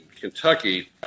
Kentucky